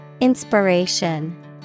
Inspiration